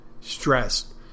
stressed